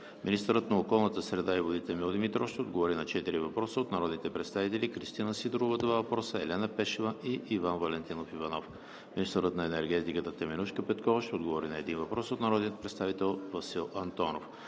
Министърът на околната среда и водите Емил Димитров ще отговори на четири въпроса от народните представители Кристина Сидорова – два въпроса; Елена Пешева; и Иван Валентинов Иванов. 6. Министърът на енергетиката Теменужка Петкова ще отговори на един въпрос от народния представител Васил Антонов.